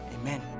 amen